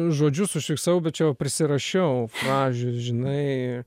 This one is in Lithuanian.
žodžius užfiksavau bet čia jau prisirašiau pavyzdžiui žinai